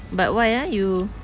but why ah you